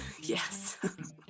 Yes